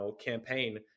campaign